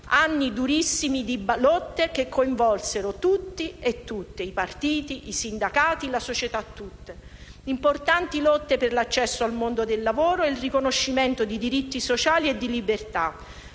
anni durissimi di lotte, che coinvolsero tutti e tutte, i partiti, i sindacati, la società tutta. Furono importanti lotte per l'accesso al mondo del lavoro e il riconoscimento di diritti sociali e di libertà;